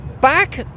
Back